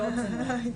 מאוד צנוע.